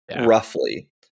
roughly